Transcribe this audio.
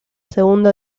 segunda